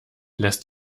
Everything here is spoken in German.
lässt